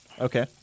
Okay